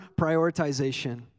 prioritization